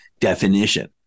definition